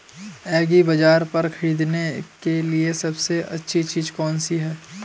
एग्रीबाज़ार पर खरीदने के लिए सबसे अच्छी चीज़ कौनसी है?